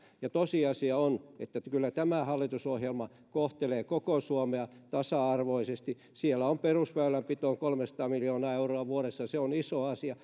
ja tosiasia on että kyllä tämä hallitusohjelma kohtelee koko suomea tasa arvoisesti siellä on perusväylänpitoon kolmesataa miljoonaa euroa vuodessa se on iso asia